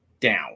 down